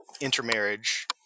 intermarriage